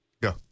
Go